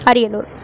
Ariyalur